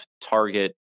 target